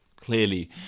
clearly